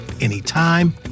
anytime